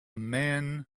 man